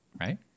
Right